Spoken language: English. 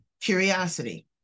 curiosity